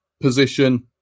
position